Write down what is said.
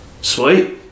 Sweet